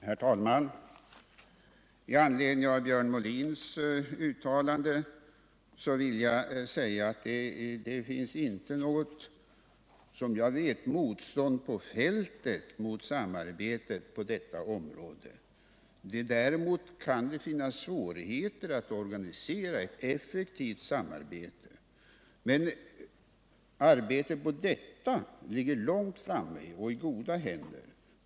Herr talman! Med anledning av Björn Molins uttalande vill jag säga att det inte, såvitt jag vet, finns något motstånd ute på fältet mot ett samarbete på detta område. Däremot kan det vara svårt att organisera ett effektivt samarbete, men arbetet härpå ligger långt framme och i goda händer.